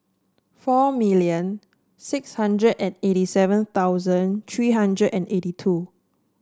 four million six hundred and eighty seven thousand three hundred and eighty two